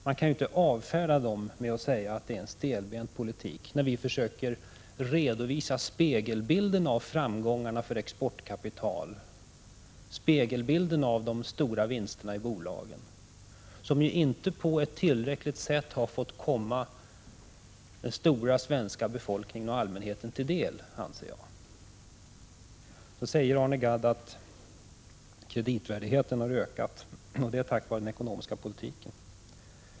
Man kan inte avfärda dem med att säga att det är en stelbent politik — när vi försöker redovisa spegelbilden av framgångarna för exportkapitalet, spegelbilden av de stora vinsterna i bolagen, som enligt min uppfattning inte i tillräcklig utsträckning har fått komma den stora befolkningen och allmänheten till del. Arne Gadd säger att kreditvärdigheten har ökat, tack vare den ekonomiska politiken.